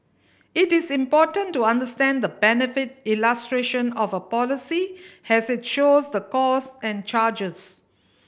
it is important to understand the benefit illustration of a policy has it shows the costs and charges